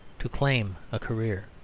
to claim a career.